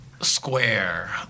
square